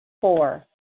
Four